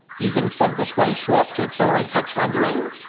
using font display swap to accelerate text rendering,